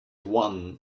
one